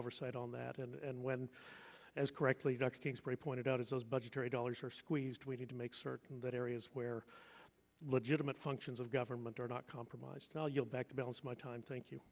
oversight on that and when as correctly dr king's very pointed out is those budgetary dollars are squeezed we need to make certain that areas where legitimate functions of government are not compromised now you're back to balance my time thank